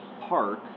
park